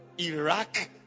Iraq